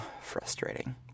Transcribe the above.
frustrating